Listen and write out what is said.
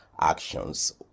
actions